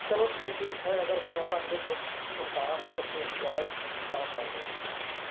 चलो फिर ठीक है अगर मैं मौक़ा मिले तो तुम कहाँ सबसे ज़्यादा जाना चाहोगे